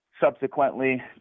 Subsequently